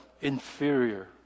inferior